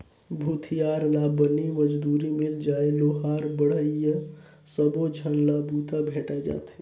भूथियार ला बनी मजदूरी मिल जाय लोहार बड़हई सबो झन ला बूता भेंटाय जाथे